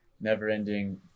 never-ending